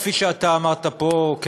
כפי שאתה אמרת פה,